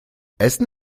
essen